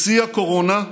בשיא קורונה,